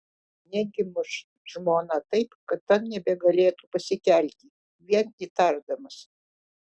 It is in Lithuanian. negi muš žmoną taip kad ta nebegalėtų pasikelti vien įtardamas